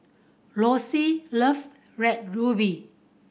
Lossie love Red Ruby